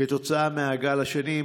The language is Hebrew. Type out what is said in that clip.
כתוצאה מהגל השני.